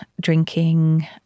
drinking